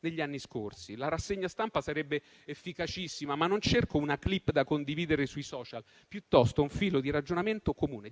della mia. La rassegna stampa sarebbe efficacissima, ma io non cerco una *clip* da condividere sui *social*, quanto piuttosto un filo di ragionamento comune.